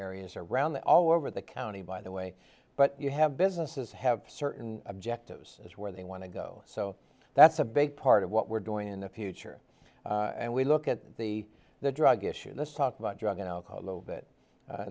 areas around that all over the county by the way but you have businesses have certain objectives as where they want to go so that's a big part of what we're doing in the future and we look at the the drug issue this talk about drug and alcohol